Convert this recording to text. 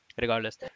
regardless